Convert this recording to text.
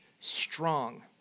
strong